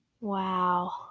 Wow